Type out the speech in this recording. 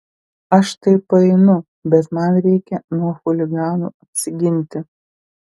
aš tai paeinu bet man reikia nuo chuliganų apsiginti